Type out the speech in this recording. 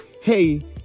hey